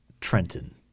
Trenton